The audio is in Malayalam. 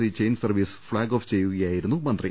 C chain service flag off ചെയ്യുകയായിരുന്നു മന്ത്രി